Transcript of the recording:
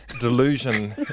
delusion